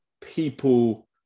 people